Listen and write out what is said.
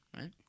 right